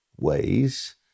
ways